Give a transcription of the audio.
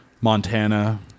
Montana